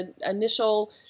initial